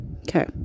Okay